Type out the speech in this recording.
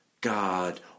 God